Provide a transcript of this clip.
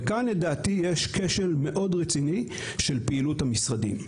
כאן, לדעתי, יש כשל מאוד רציני של פעילות המשרדים.